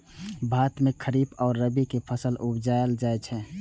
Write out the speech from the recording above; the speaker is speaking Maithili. भारत मे खरीफ आ रबी के फसल उपजाएल जाइ छै